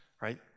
right